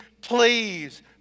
please